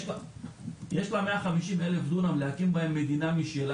יש לחברה הזוכה 150,000 דונמים להקים עליהם מדינה משלה